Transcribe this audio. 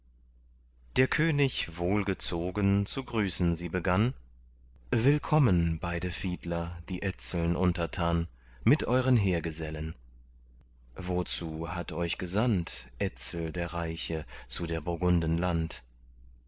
der könig wohlgezogen zu grüßen sie begann willkommen beide fiedler die etzeln untertan mit euern heergesellen wozu hat euch gesandt etzel der reiche zu der burgunden land